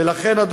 ולכן,